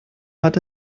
hat